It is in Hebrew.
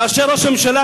כאשר ראש הממשלה,